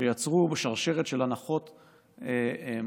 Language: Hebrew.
שיצרו שרשרת של הנחות מוטעות.